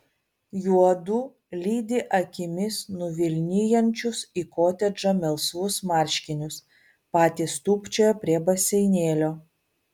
juodu lydi akimis nuvilnijančius į kotedžą melsvus marškinius patys tūpčioja prie baseinėlio